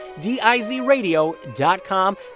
D-I-Z-Radio.com